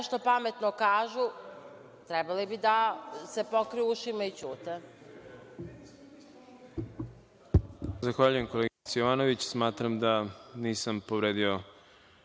nešto pametno kažu, trebali bi da se pokriju ušima i da ćute.